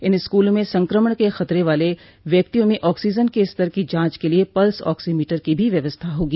इन स्कूलों में संक्रमण के खतरे वाले व्यक्तियों में ऑक्सीजन के स्तर की जांच क लिए पल्स ऑक्सीमीटर की भी व्यवस्था होगी